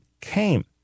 came